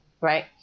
Right